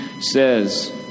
Says